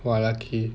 !wah! lucky